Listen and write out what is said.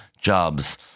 jobs